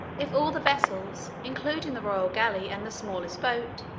if all the vessels, including the royal galley, and the smallest boat,